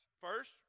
First